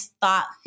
thought